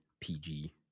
PG